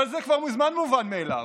אבל זה כבר מזמן מובן מאליו,